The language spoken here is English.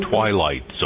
Twilight